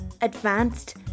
advanced